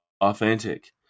authentic